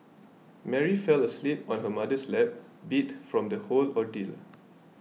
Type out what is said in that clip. Mary fell asleep on her mother's lap beat from the whole ordeal